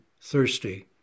thirsty